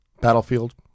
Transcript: Battlefield